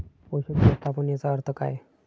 पोषक व्यवस्थापन याचा अर्थ काय?